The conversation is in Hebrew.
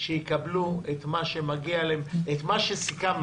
שיקבלו את מה שמגיע להם את מה שסיכמנו,